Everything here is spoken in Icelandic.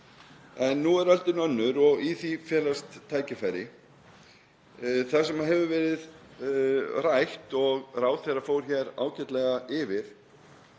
En nú er öldin önnur og í því felast tækifæri. Það sem hefur verið rætt og ráðherra fór hér ágætlega yfir